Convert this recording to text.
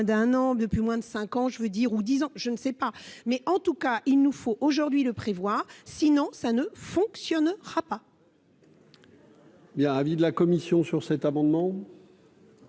d'un an depuis moins de 5 ans, je veux dire, ou dix ans, je ne sais pas, mais en tout cas, il nous faut aujourd'hui le prévoit, sinon ça ne fonctionnera pas. Il y a un avis de la commission sur cet amendement.